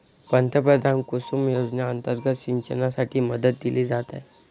पंतप्रधान कुसुम योजना अंतर्गत सिंचनासाठी मदत दिली जात आहे